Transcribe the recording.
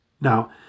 Now